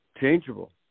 changeable